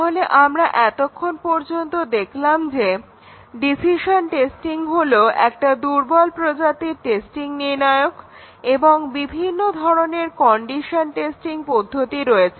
তাহলে আমরা এতক্ষণ পর্যন্ত দেখলাম যে ডিসিশন টেস্টিং হলো একটা দুর্বল প্রকৃতির টেস্টিং নির্ণায়ক এবং বিভিন্ন ধরনের কন্ডিশন টেস্টিং পদ্ধতি রয়েছে